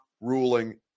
ruling